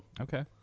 Okay